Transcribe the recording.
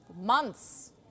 Months